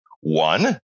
One